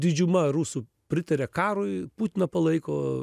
didžiuma rusų pritaria karui putiną palaiko